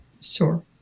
Sure